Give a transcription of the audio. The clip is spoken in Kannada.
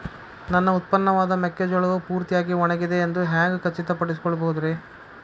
ನನ್ನ ಉತ್ಪನ್ನವಾದ ಮೆಕ್ಕೆಜೋಳವು ಪೂರ್ತಿಯಾಗಿ ಒಣಗಿದೆ ಎಂದು ಹ್ಯಾಂಗ ಖಚಿತ ಪಡಿಸಿಕೊಳ್ಳಬಹುದರೇ?